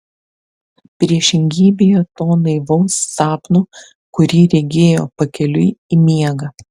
priešingybėje to naivaus sapno kurį regėjo pakeliui į miegą